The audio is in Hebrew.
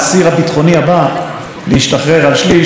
אתם יודעים,